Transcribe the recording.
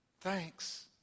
Thanks